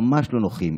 ממש לא נוחים.